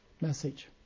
message